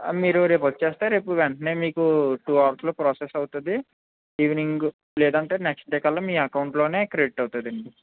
మీరు రేపు వచ్చేస్తే రేపు వెంటనే మీకు టూ అవర్స్లో ప్రోసెస్ అవుతుంది ఈవెనింగ్ లేదు అంటే నెక్స్ట్ డే కల్లా మీ అకౌంట్లోనే క్రెడిట్ అవుతుంది అండి